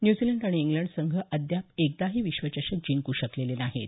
New Zealand आणि England संघ अद्याप एकदाही विश्वचषक जिंकू शकलेले नाहीत